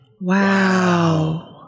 wow